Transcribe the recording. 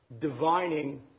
divining